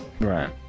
Right